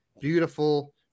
beautiful